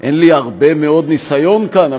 אין לי הרבה מאוד ניסיון כאן,